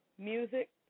music